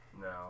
No